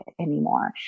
anymore